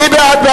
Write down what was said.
מי בעד?